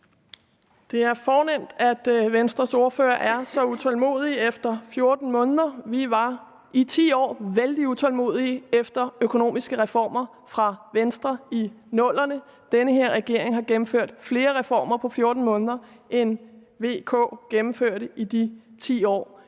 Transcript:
Det er fornemt, at Venstres ordfører er så utålmodig efter 14 måneder. Vi var i 10 år vældig utålmodige efter økonomiske reformer fra Venstre i 00'erne. Den her regering har gennemført flere reformer på 14 måneder, end VK gennemførte i de 10 år.